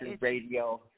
radio